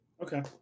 Okay